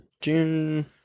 June